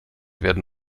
werden